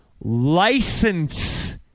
license